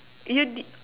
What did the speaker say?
you did oh